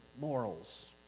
morals